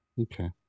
okay